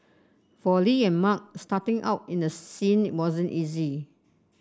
for Li and Mark starting out in the scene wasn't easy